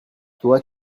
toi